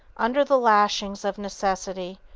under the lashings of necessity,